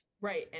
Right